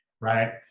right